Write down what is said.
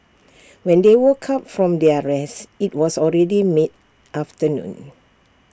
when they woke up from their rest IT was already mid afternoon